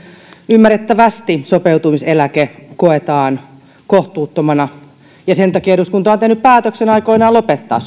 ymmärrettävästi sopeutumiseläke koetaan kohtuuttomana ja sen takia eduskunta on tehnyt päätöksen aikoinaan lopettaa